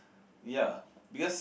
ya because